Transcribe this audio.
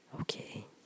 Okay